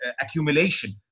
accumulation